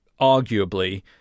arguably